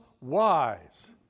wise